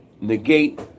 negate